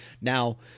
now